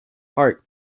hark